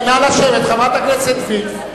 נא לשבת, חברת הכנסת וילף.